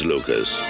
Lucas